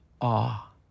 awe